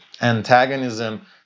antagonism